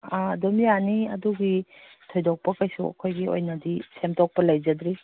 ꯑꯥ ꯑꯗꯨꯝ ꯌꯥꯅꯤ ꯑꯗꯨꯒꯤ ꯊꯣꯏꯗꯣꯛꯄ ꯀꯩꯁꯨ ꯑꯩꯈꯣꯏꯒꯤ ꯑꯣꯏꯅꯗꯤ ꯁꯦꯝꯗꯣꯛꯄ ꯂꯩꯖꯗ꯭ꯔꯤ